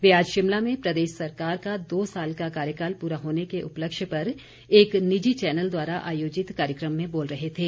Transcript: वे आज शिमला में प्रदेश सरकार का दो साल का कार्यकाल पूरा होने के उपलक्ष्य पर एक निजी चैनल द्वारा आयोजित कार्यक्रम में बोल रहे थे